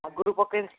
ଆଗରୁ ପକେଇ